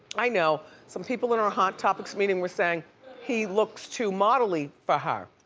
i know, some people in our hot topics meeting were saying he looks too model-y for her.